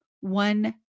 one